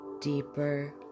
deeper